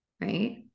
right